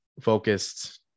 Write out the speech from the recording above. focused